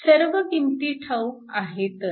सर्व किंमती ठाऊक आहेतच